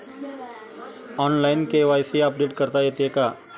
Online KYC update करता येते का?